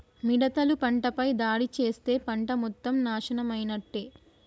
మిడతలు పంటపై దాడి చేస్తే పంట మొత్తం నాశనమైనట్టే